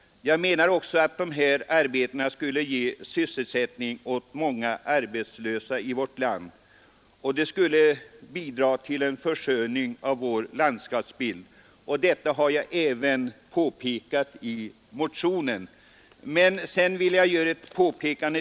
Jag anser också att dessa arbeten skulle ge sysselsättning åt många arbetslösa i vårt land, och det hela skulle bidra till en försköning av vår landskapsbild. Jag har även påpekat detta i Nr 127 motionens: ,| Onsdagen den Jag vill göra ytterligare ett påpekande.